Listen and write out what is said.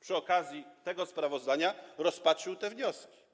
przy okazji tego sprawozdania rozpatrzył te wnioski.